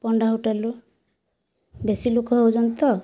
ପଣ୍ଡା ହୋଟେଲରୁ ବେଶୀ ଲୋକ ହେଉଛନ୍ତି ତ